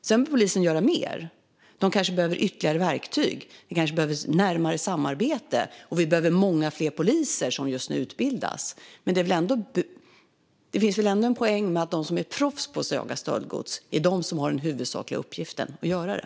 Sedan behöver polisen göra mer. De kanske behöver ytterligare verktyg. Det kanske behövs ett närmare samarbete. Och vi behöver många fler poliser, vilket just nu utbildas. Men det finns väl ändå en poäng med att det är de som är proffs på att söka stöldgods som har den huvudsakliga uppgiften att göra det?